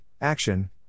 action